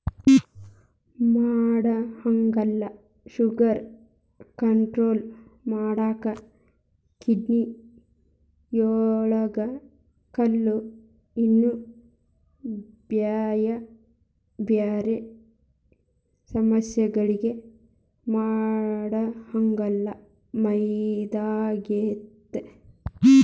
ಮಾಡಹಾಗಲ sugar control ಮಾಡಾಕ, ಕಿಡ್ನಿಯೊಳಗ ಕಲ್ಲು, ಇನ್ನೂ ಬ್ಯಾರ್ಬ್ಯಾರೇ ಸಮಸ್ಯಗಳಿಗೆ ಮಾಡಹಾಗಲ ಮದ್ದಾಗೇತಿ